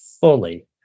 fully